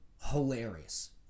hilarious